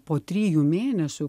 po trijų mėnesių